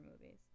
movies